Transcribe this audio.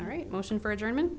all right motion for a german